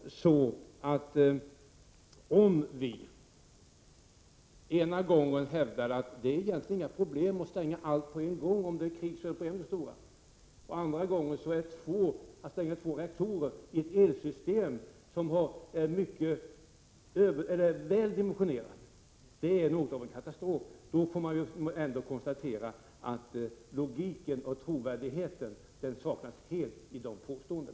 Om vi ena gången hävdar att det inte är några som helst problem med att stänga alla på en gång om det blir krig och andra gången säger att stängning av två reaktorer i ett elsystem som är väldimensionerat är något av en katastrof, då måste man ändå konstatera att logiken och trovärdigheten saknas helt i sådana påståenden.